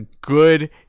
good